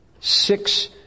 six